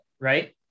Right